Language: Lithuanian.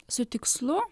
su tikslu